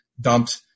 dumped